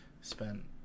spent